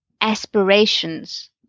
aspirations